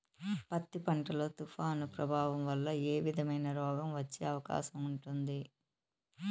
పత్తి పంట లో, తుఫాను ప్రభావం వల్ల ఏ విధమైన రోగం వచ్చే అవకాశం ఉంటుంది?